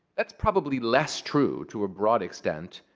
that's probably less true, to a broad extent,